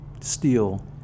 steel